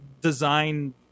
design